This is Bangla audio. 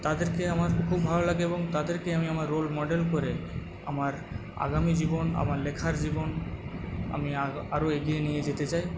তাঁদেরকে আমার খুব ভালো লাগে এবং তাঁদেরকে আমি আমার রোল মডেল করে আমার আগামী জীবন আমার লেখার জীবন আমি আরো আরো এগিয়ে নিয়ে যেতে চাই